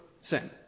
sin